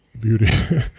beauty